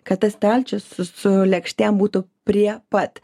kad tas stalčius su su lėkštėm būtų prie pat